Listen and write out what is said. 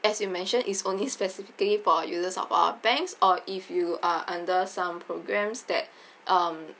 as you mention is only specifically for users of our banks or if you are under some programs that um